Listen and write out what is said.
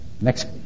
Next